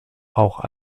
auch